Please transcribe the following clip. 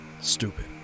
Stupid